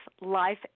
Life